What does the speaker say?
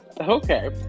okay